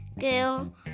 girl